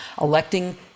electing